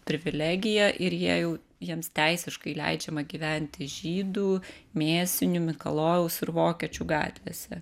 privilegiją ir jie jau jiems teisiškai leidžiama gyventi žydų mėsinių mikalojaus ir vokiečių gatvėse